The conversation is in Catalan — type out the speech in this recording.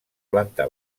planta